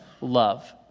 Love